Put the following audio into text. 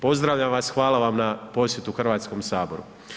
Pozdravljam vas hvala vam na posjetu Hrvatskom saboru.